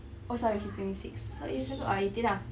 oh sorry she's twenty six so eight years ago oh eighteen ah